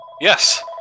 yes